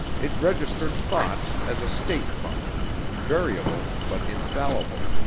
it registered thoughts as a state function variable but infallible.